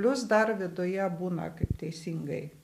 plius dar viduje būna kaip teisingai